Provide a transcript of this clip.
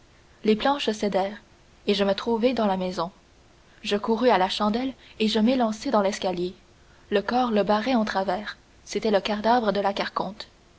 les planches cédèrent et je me trouvai dans la maison je courus à la chandelle et je m'élançai dans l'escalier un corps le barrait en travers c'était le cadavre de la carconte